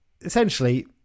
essentially